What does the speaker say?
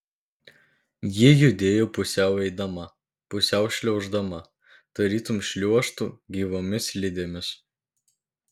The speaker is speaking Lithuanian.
ji judėjo pusiau eidama pusiau šliauždama tarytum šliuožtų gyvomis slidėmis